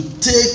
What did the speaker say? take